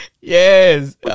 Yes